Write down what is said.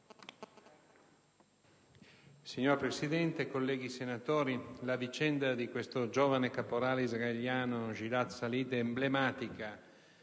Signora Presidente, colleghi senatori, la vicenda di questo giovane caporale israeliano, Gilad Shalit, è emblematica